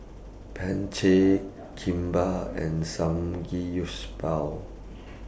Kimbap and Samgeyopsal